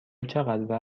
چقدر